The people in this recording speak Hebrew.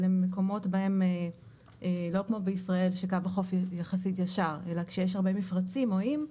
לא כמו בישראל שקו החוף יחסית ישר אלא כשיש הרבה מפרצים או איים,